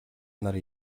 нар